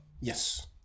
Yes